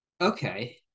okay